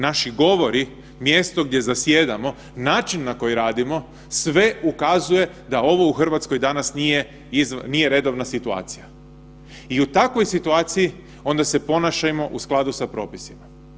Naši govori, mjesto gdje zasjedamo, način na koji radimo sve ukazuje da ovo u Hrvatskoj danas nije redovna situacija i u takvoj situaciji onda se ponašajmo u skladu s propisima.